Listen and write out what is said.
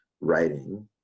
writing